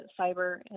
cyber